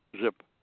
zip